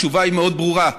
התשובה היא מאוד ברורה.